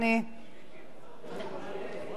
ולרשותו יעמדו שלוש דקות.